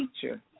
teacher